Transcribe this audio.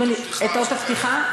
את אות הפתיחה?